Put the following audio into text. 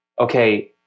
okay